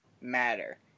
matter